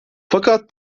fakat